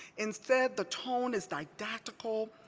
instead, the tone is didactical,